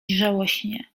żałośnie